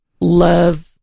love